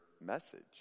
message